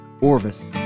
Orvis